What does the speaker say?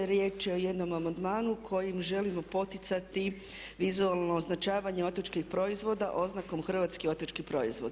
Riječ je o jednom amandmanu kojim želimo poticati vizualno označavanje otočkih proizvoda oznakom hrvatski otočki proizvod.